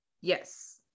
Yes